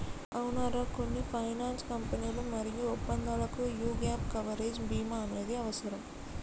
అవునరా కొన్ని ఫైనాన్స్ కంపెనీలు మరియు ఒప్పందాలకు యీ గాప్ కవరేజ్ భీమా అనేది అవసరం